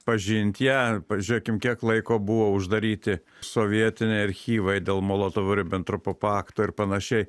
pažint ją pažiūrėkim kiek laiko buvo uždaryti sovietiniai archyvai dėl molotovo ribentropo pakto ir panašiai